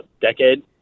decade